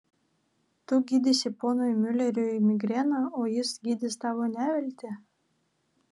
tu gydysi ponui miuleriui migreną o jis gydys tavo neviltį